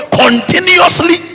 continuously